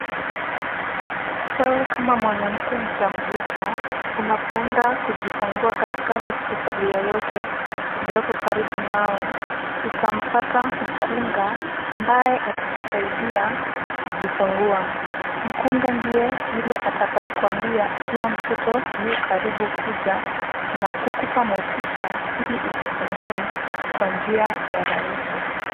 Wewe kama mwanamke mjamzito, unapoenda kujifungua katika hospitali yoyote iliyoko karibu nawe utapata mkunga ambaye atakusaidia kujifungua. Mkunga ndiye yule atakaye kuambia ikiwa mtoto yu karibu kuja na kukupa motisha ili ujifungue kwa njia rahisi.